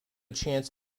chance